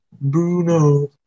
Bruno